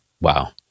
Wow